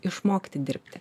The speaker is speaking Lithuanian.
išmokti dirbti